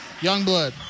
Youngblood